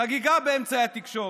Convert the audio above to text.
חגיגה באמצעי התקשורת.